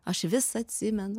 aš vis atsimenu